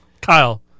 Kyle